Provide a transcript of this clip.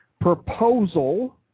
proposal